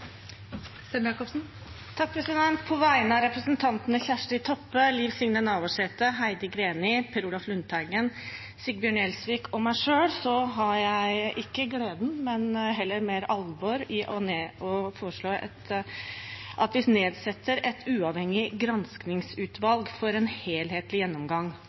På vegne av representantene Kjersti Toppe, Liv Signe Navarsete, Heidi Greni, Per Olaf Lundteigen, Sigbjørn Gjelsvik og meg selv vil jeg med alvor heller enn glede foreslå at det nedsettes et uavhengig granskingsutvalg for en helhetlig gjennomgang